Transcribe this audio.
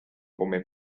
come